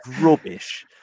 rubbish